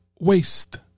waste